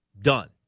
done